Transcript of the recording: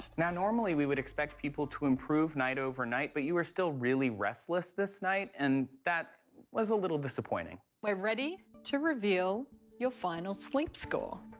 now normally, we would expect people to improve night over night, but you were still really restless this night, and that was a little disappointing. we're ready to reveal your final sleep score.